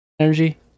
energy